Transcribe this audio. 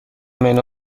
منو